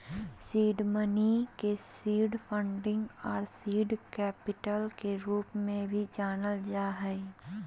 seed money के seed funding आर seed capital के रूप में भी जानल जा हइ